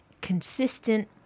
consistent